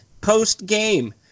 post-game